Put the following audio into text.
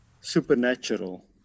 supernatural